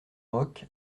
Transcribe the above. roch